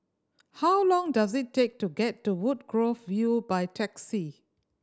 how long does it take to get to Woodgrove View by taxi